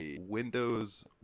windows